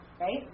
right